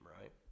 right